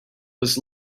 was